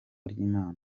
ry’imana